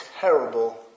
terrible